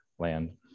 land